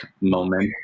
moment